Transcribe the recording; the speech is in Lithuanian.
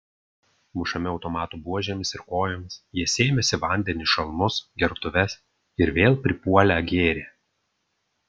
mušami automatų buožėmis ir kojomis jie sėmėsi vandenį į šalmus gertuves ir vėl pripuolę gėrė